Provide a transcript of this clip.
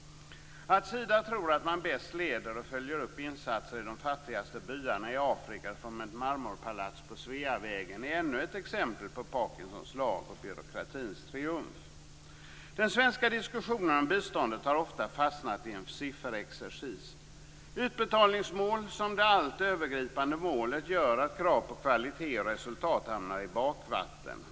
Att Sida tror att man bäst leder och följer upp insatser i de fattigaste byarna i Afrika från ett marmorpalats på Sveavägen är ännu ett exempel på Parkinsons lag och byråkratins triumf. Den svenska diskussionen om biståndet har ofta fastnat i en sifferexercis. Utbetalningsmål som det allt övergripande målet gör att krav på kvalitet och resultat hamnar i bakvatten.